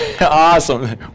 Awesome